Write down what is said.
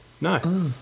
No